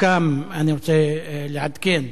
ואני רוצה לעדכן,